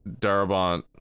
Darabont